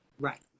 right